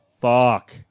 Fuck